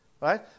Right